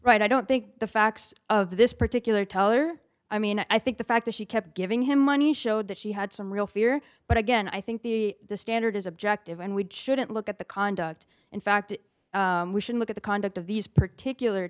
right i don't think the facts of this particular teller i mean i think the fact that she kept giving him money showed that she had some real fear but again i think the the standard is objective and we shouldn't look at the conduct in fact we should look at the conduct of these particular